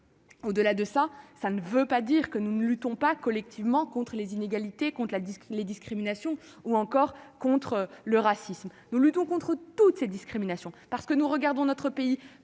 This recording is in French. Au-delà de ça, ça ne veut pas dire que nous ne luttons pas collectivement contre les inégalités compte la les discriminations ou encore contre le racisme, nous luttons contre toutes ces discriminations parce que nous regardons notre pays